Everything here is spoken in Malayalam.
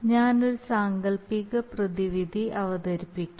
ഞാൻ ഒരു സാങ്കൽപ്പിക പ്രതിവിധി അവതരിപ്പിക്കാം